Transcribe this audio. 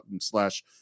slash